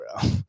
bro